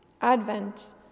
Advent